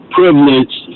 privilege